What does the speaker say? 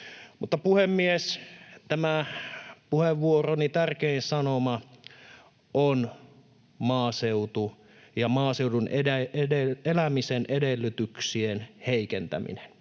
Puhemies! Tämän puheenvuoroni tärkein sanoma on maaseutu ja maaseudun elämisen edellytyksien heikentäminen,